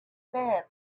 that